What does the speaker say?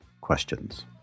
Questions